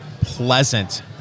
pleasant